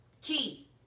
Key